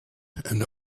and